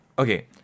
Okay